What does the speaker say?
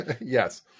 Yes